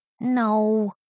No